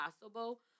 possible